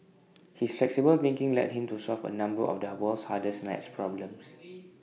his flexible thinking led him to solve A number of the world's hardest math problems